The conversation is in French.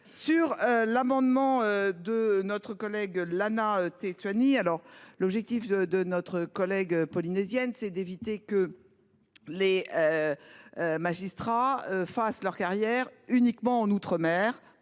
Sur l'amendement de notre collègue Lana. Tchétchénie. Alors l'objectif de de notre collègue polynésiennes c'est d'éviter que. Les. Magistrats fassent leur carrière. Uniquement en outre-mer